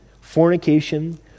fornication